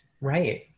Right